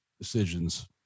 decisions